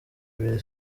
ibiri